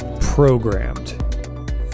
programmed